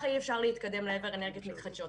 ככה אי אפשר להתקדם לעבר אנרגיות מתחדשות.